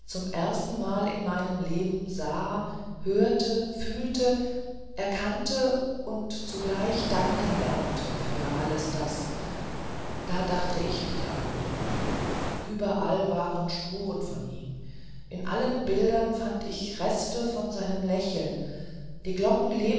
zum erstenmal in meinem leben sah hörte fühlte erkannte und zugleich danken lernte für alles das da dachte ich wieder an ihn überall waren spuren von ihm in allen bildern fand ich reste von seinem lächeln die glocken